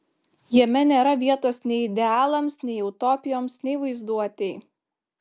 jame nėra vietos nei idealams nei utopijoms nei vaizduotei